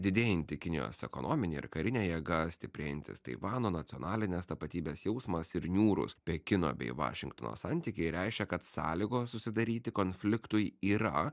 didėjanti kinijos ekonominė ir karinė jėga stiprėjantis taivano nacionalinės tapatybės jausmas ir niūrūs pekino bei vašingtono santykiai reiškia kad sąlygos susidaryti konfliktui yra